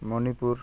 Manipur